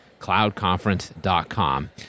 cloudconference.com